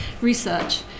research